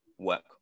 work